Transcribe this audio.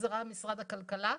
הוחזרה משרד הכלכלה.